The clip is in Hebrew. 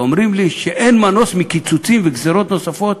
כשאומרים לי שאין מנוס מקיצוצים ומגזירות נוספות.